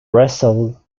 wrestle